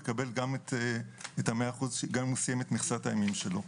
יקבל את ה-100% גם אם הוא סיים את מכסת הימים שלו.